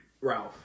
ralph